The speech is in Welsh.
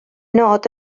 nod